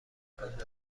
کند